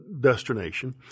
destination